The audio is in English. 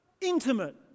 intimate